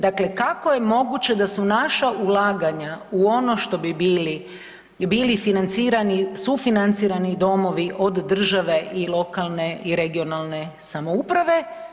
Dakle, kako je moguće da su naša ulaganja u ono što bi bili, bili financirani, sufinancirani domovi od države i lokalne i regionalne samouprave.